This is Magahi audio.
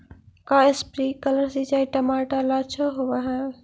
का स्प्रिंकलर सिंचाई टमाटर ला अच्छा होव हई?